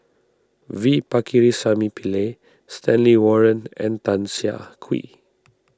V Pakirisamy Pillai Stanley Warren and Tan Siah Kwee